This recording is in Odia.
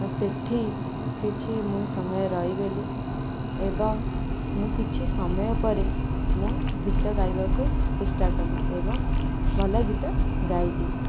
ଆଉ ସେଠି କିଛି ମୁଁ ସମୟ ରହିଗଲି ଏବଂ ମୁଁ କିଛି ସମୟ ପରେ ମୁଁ ଗୀତ ଗାଇବାକୁ ଚେଷ୍ଟା କଲି ଏବଂ ଭଲ ଗୀତ ଗାଇଲି